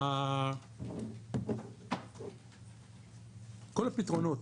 כל הפתרונות